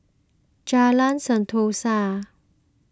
Jalan Sentosa